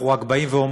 אנחנו רק אומרים,